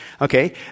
Okay